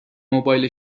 موبایل